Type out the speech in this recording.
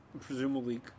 Presumably